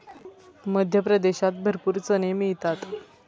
मध्य प्रदेशात भरपूर चणे मिळतात